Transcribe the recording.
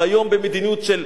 והיום במדיניות של,